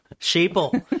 sheeple